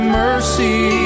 mercy